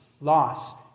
loss